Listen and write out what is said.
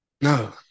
no